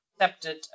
accepted